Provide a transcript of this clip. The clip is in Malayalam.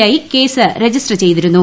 ഐ കേസ് രജിസ്റ്റർ ചെയ്തിരുന്നു